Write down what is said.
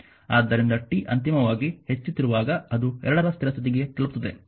ಆದ್ದರಿಂದ t ಅಂತಿಮವಾಗಿ ಹೆಚ್ಚುತ್ತಿರುವಾಗ ಅದು 2ರ ಸ್ಥಿರ ಸ್ಥಿತಿಗೆ ತಲುಪುತ್ತದೆ